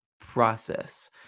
process